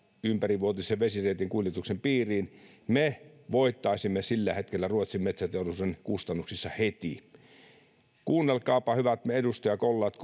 ympärivuotisen vesireitin kuljetuksen piiriin me voittaisimme sillä hetkellä ruotsin metsäteollisuuden kustannuksissa heti kuunnelkaapa hyvät edustajakollegat